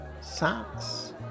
Socks